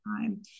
time